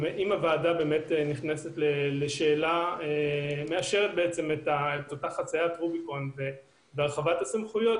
אם הוועדה באמת מאשרת את אותה חציית רוביקון והרחבת הסמכויות,